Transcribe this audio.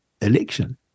election